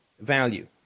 value